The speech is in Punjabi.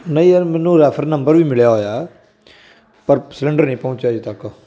ਨਹੀਂ ਯਾਰ ਮੈਨੂੰ ਰੈਫਰ ਨੰਬਰ ਵੀ ਮਿਲਿਆ ਹੋਇਆ ਪਰ ਸਲੰਡਰ ਨਹੀਂ ਪਹੁੰਚਿਆ ਅਜੇ ਤੱਕ